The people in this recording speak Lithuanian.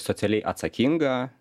socialiai atsakingą